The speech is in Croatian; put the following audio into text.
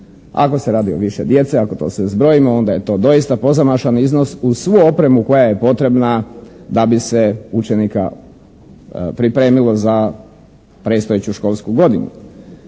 Ako se radi o više djece, ako to sve zbrojimo onda je to doista pozamašan iznos uz svu opremu koja je potrebna da bi se učenika pripremilo za predstojeću školsku godinu.